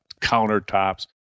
countertops